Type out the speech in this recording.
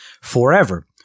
forever